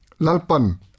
lalpan